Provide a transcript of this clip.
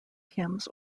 hymns